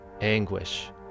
Anguish